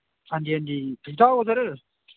हां जी हां जी कुत्थै ओ सर